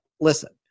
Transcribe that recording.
listen